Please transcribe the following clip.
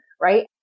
right